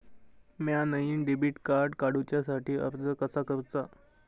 म्या नईन debit card काडुच्या साठी अर्ज कसा करूचा?